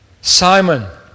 Simon